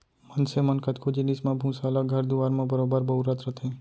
मनसे मन कतको जिनिस म भूसा ल घर दुआर म बरोबर बउरत रथें